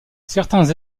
certains